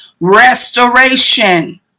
Restoration